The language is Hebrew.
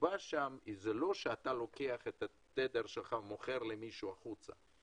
הסיבה שם זה לא שאתה לוקח את התדר שלך ומוכר למישהו החוצה,